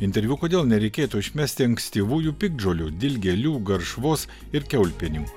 interviu kodėl nereikėtų išmesti ankstyvųjų piktžolių dilgėlių garšvos ir kiaulpienių